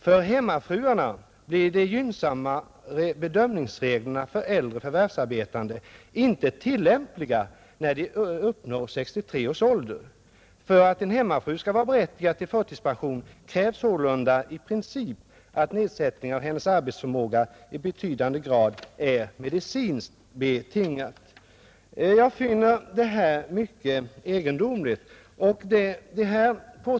För dem ”blir de gynnsammare bedömningsreglerna för att nedsättningen av hennes arbetsförmåga i betydande grad är medi 23 april 1971 cinskt betingad.” ort än rtyRNr Jag finner, som sagt, det här mycket egendomligt, och denna <Ång.